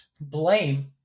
blame